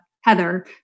Heather